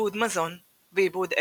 עיבוד מזון ועיבוד עץ,